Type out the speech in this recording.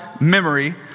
memory